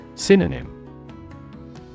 Synonym